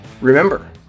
Remember